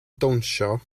dawnsio